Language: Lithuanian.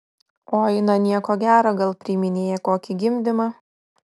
oi na nieko gero gal priiminėja kokį gimdymą